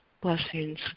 blessings